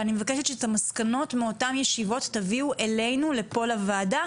ואני מבקשת שאת המסקנות מאותן ישיבות תביאו אלינו לפה לוועדה,